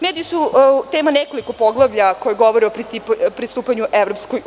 Mediji su tema nekoliko poglavlja koji govore o pristupanju EU.